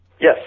Yes